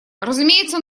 разумеется